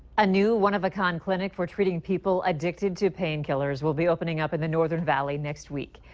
a new, one of a kind clinic for treating people addicted to pain killers will be opening up in the northern valley next week.